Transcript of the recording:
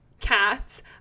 cats